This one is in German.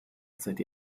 seit